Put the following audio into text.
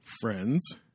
Friends